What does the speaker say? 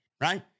right